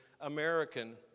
American